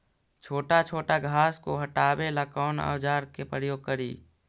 छोटा छोटा घास को हटाबे ला कौन औजार के प्रयोग करि?